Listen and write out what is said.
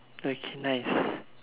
okay nice